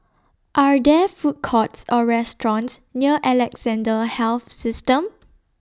Are There Food Courts Or restaurants near Alexandra Health System